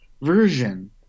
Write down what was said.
version